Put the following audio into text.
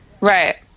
Right